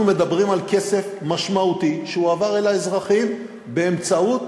אנחנו מדברים על כסף משמעותי שהועבר אל האזרחים באמצעות